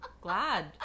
glad